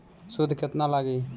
सूद केतना लागी?